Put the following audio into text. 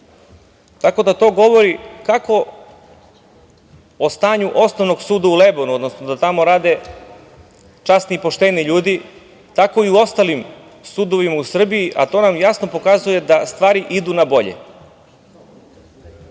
To govori kako o stanju Osnovnog suda u Lebanu, odnosno da tamo rade časni i pošteni ljudi, tako i u ostalim sudovima u Srbiji, a to nam jasno pokazuje da stvari idu nabolje. Što